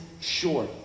short